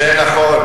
זה נכון,